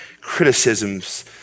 criticisms